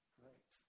Great